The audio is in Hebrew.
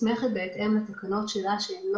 הסמכות הזאת נקבעה לא בתקנות השב"כ,